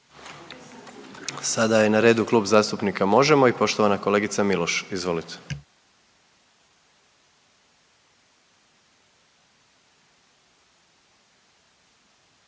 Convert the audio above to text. prvi na redu Klub zastupnika SDP-a i poštovana kolegica Marić, izvolite.